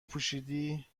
پوشیدی